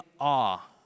awe